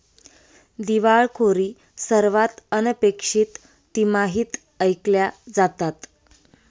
दिवाळखोरी सर्वात अनपेक्षित तिमाहीत ऐकल्या जातात